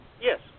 Yes